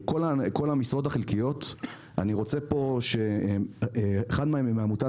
כל המשרות החלקיות, אני רוצה שאחד מהעמותה